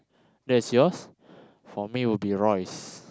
that's yours for me will be Royce